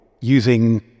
using